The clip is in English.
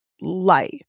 life